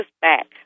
back